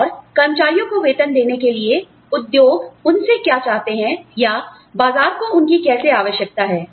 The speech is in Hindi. और कर्मचारियों को वेतन देने के लिए उद्योग उनसे क्या चाहते हैं या बाजार को उनकी कैसे आवश्यकता है